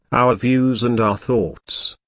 our views and our thoughts.